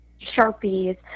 sharpies